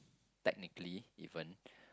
technically even